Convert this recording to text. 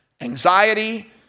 anxiety